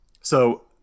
So-